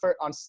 on